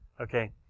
Okay